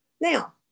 Now